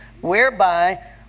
whereby